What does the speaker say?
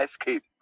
escape